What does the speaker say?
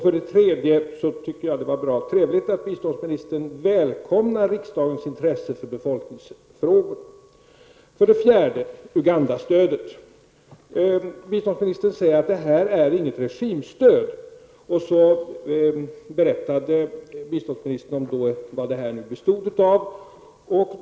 För det tredje var det trevligt att biståndsministern välkomnar riksdagens intresse för befolkningsfrågor. För det fjärde sade biståndsministern att Ugandastödet inte är något regimstöd. Sedan berättade biståndsministern vad stödet bestod av.